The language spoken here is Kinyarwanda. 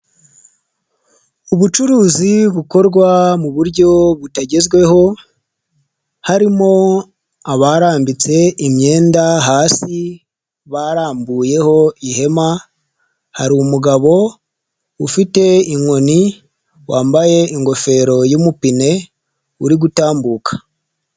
Ubucuruzi bukorwa mu buryo butagezweho, harimo abarambitse imyenda hasi barambuyeho ihema, hari mugabo ufite inkoni wambaye ingofero y'umupine uri gutambuka.